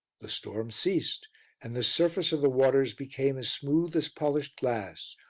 the storm ceased and the surface of the waters became as smooth as polished glass,